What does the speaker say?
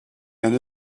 and